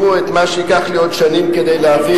1999 2000, נדמה לי תקופת השר שריד.